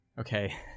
Okay